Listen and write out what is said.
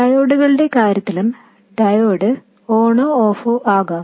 ഡയോഡുകളുടെ കാര്യത്തിലും ഡയോഡ് ഓണോ ഓഫോ ആകാം